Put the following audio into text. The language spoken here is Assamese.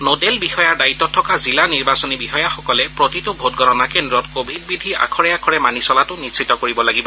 নডেল বিষয়াৰ দায়িত্বত থকা জিলা নিৰ্বাচনী বিষয়াসকলে প্ৰতিটো ভোটগণনা কেন্দ্ৰত কোভিড বিধি আখৰে আখৰে মানি চলাটো নিশ্চিত কৰিব লাগিব